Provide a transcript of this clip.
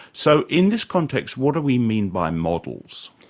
so in this context what do we mean by models?